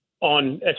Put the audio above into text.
on